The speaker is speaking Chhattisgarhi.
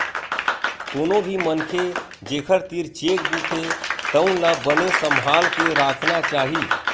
कोनो भी मनखे जेखर तीर चेकबूक हे तउन ला बने सम्हाल के राखना चाही